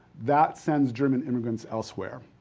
that sends german immigrants elsewhere.